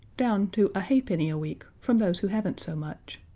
down to a halfpenny a week from those who haven't so much.